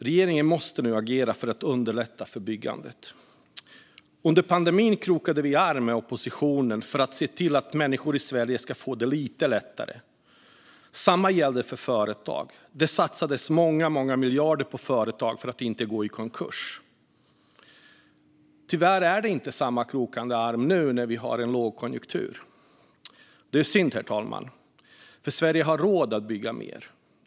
Regeringen måste nu agera för att underlätta för byggandet. Under pandemin krokade vi arm med oppositionen för att se till att människor i Sverige skulle få det lite lättare. Samma sak gällde för företag - det satsades många miljarder på företag för att de inte skulle gå i konkurs. Tyvärr krokas det inte arm på samma sätt nu när vi har en lågkonjunktur. Det är synd, herr talman, för Sverige har råd att bygga mer.